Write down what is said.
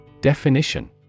Definition